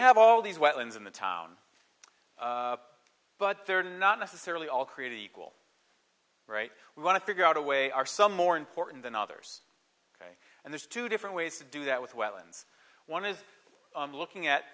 have all these wetlands in the town but they're not necessarily all created equal right we want to figure out a way are some more important than others ok and there's two different ways to do that with whelan's one is looking at